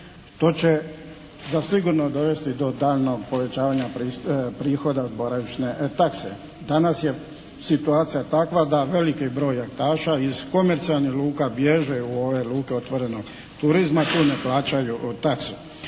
što će sigurno dovesti do daljnjeg povećavanja prihoda od boravišne takse. Danas je situacija takva da veliki broj jahtaša iz komercijalnih luka bježe u ove luke otvorenog turizma, tu ne plaćaju taksu.